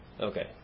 Okay